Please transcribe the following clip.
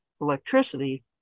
electricity